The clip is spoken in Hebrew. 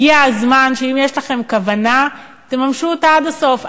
הגיע הזמן שאם יש לכם כוונה, תממשו אותה עד הסוף.